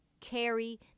carry